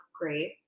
great